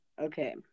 okay